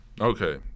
Okay